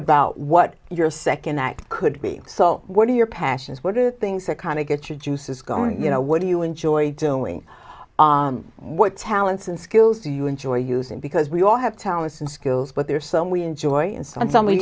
about what your second act could be so what are your passions what are the things that kind of get your juices going you know what do you enjoy doing what talents and skills you enjoy using because we all have talents and skills but there are some we enjoy and so